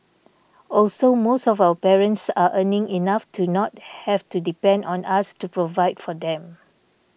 also most of our parents are earning enough to not have to depend on us to provide for them